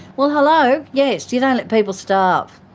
well hello, yes, you don't let people starve.